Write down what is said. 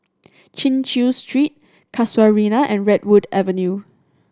Chin Chew Street Casuarina and Redwood Avenue